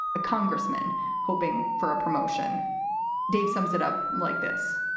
a congressman hoping for a promotion dave sums it up like this,